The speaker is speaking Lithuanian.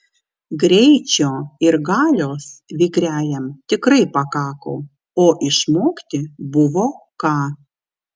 greičio ir galios vikriajam tikrai pakako o išmokti buvo ką